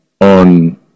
on